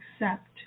accept